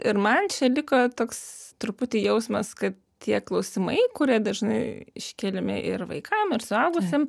ir man čia liko toks truputį jausmas kad tie klausimai kurie dažnai iškeliami ir vaikam ir suaugusiem